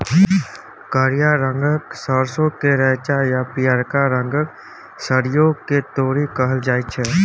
करिया रंगक सरसों केँ रैंचा आ पीयरका रंगक सरिसों केँ तोरी कहल जाइ छै